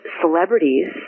celebrities